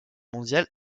mondiale